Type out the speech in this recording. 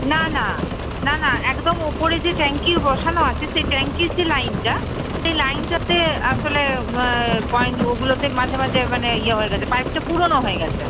না না না না একদম উপরে যে ট্যাঙ্কি বসানো আছে সেই ট্যাঙ্কির যে লাইনটা সে লাইনটাতে আসলে পয়েন্টগুলোতে মাঝে মাঝে মানে ইয়ে হয়ে গেছে পাইপটা পুরোনো হয়ে গেছে